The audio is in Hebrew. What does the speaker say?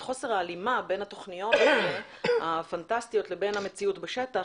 חוסר ההלימה בין התכניות הפנטסטיות האלה לבין המציאות בשטח,